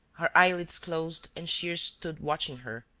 her eyelids closed and shears stood watching her,